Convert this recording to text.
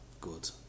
good